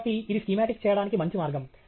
కాబట్టి ఇది స్కీమాటిక్ చేయడానికి మంచి మార్గం